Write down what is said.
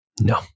No